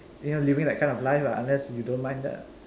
you know living that kind of life lah unless you don't mind that lah